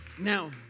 Now